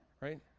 Right